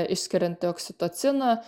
išskirianti oksitociną